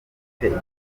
ikibazo